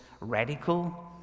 radical